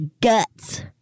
guts